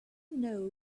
know